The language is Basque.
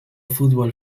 futbol